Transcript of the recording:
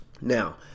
Now